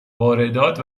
واردات